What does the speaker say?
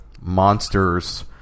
monsters